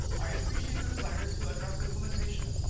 i appreciate the desire to address implementation,